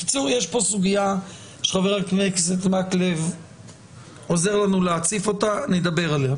יש פה סוגיה שחבר הכנסת אורי מקלב עוזר לנו להציף אותה ונדבר עליה.